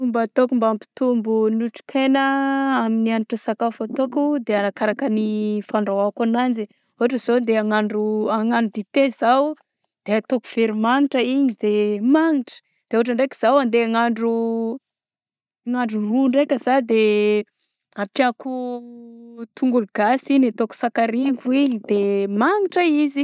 Fomba ataoko mba ampitombo otrikaina amin'ny hanitra ny sakafo ataoko de arakaraka ny fandrahoako agnanjy ôhatra zao andeha agnandro agnano dite zah de ataoko veromagnitra igny de magnitra de ôhatra ndraiky zaho andeha agnandro agnandro ro ndraika za de ampiako tongolo gasyigny, ataoko igny sakarivo igny magnitra izy.